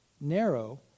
narrow